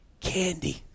Candy